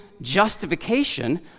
justification